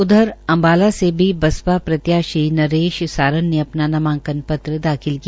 उधर अम्बाला से भी बासपा प्रत्याशी नरेश सारन ने अपना नामांकन पत्र दाखिल किया